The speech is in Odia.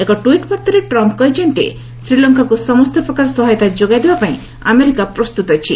ଏକ ଟ୍ରଇଟ୍ ବାର୍ତ୍ତାରେ ଟ୍ରମ୍ପ୍ କହିଛନ୍ତି ଶ୍ରୀଲଙ୍କାକୃ ସମସ୍ତ ପ୍ରକାର ସହାୟତା ଯୋଗାଇ ଦେବା ପାଇଁ ଆମେରିକା ପ୍ରସ୍ତୁତ ଅଛି